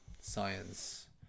science